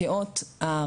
נציבי תלונות הציבור,